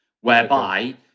whereby